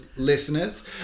Listeners